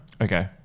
Okay